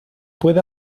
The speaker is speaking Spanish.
puede